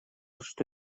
что